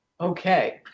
Okay